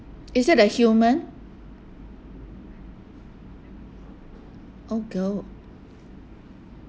is it a human oh girl